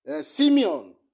simeon